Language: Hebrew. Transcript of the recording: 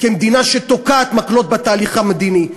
כמדינה שתוקעת מקלות בתהליך המדיני.